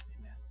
Amen